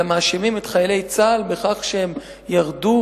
אלא מאשימים את חיילי צה"ל שהם ירדו